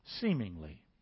seemingly